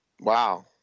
Wow